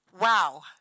Wow